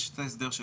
יש את ההסדר שיחול.